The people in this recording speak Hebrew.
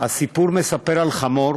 הסיפור מספר על חמור